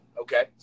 Okay